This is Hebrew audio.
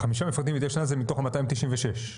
ה-5 מפרטים זה מתוך ה-296.